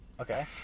okay